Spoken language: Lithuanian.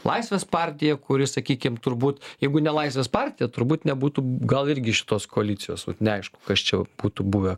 laisvės partija kuri sakykim turbūt jeigu ne laisvės partija turbūt nebūtų gal irgi šitos koalicijos neaišku kas čia būtų buvę